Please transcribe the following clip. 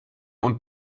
und